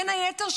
בין היתר,